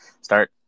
start